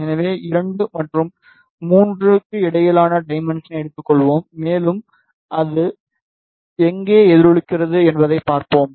எனவே 2 மற்றும் 3 க்கு இடையிலான டைமென்ஷனை எடுத்துக்கொள்வோம் மேலும் அது எங்கு எதிரொலிக்கிறது என்பதைப் பார்ப்போம்